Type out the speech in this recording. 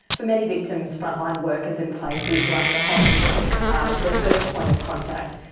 for many victims, frontline workers in places like the hospital are the first point of contact.